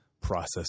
process